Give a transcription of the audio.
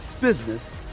business